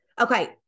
okay